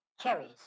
cherries